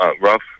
rough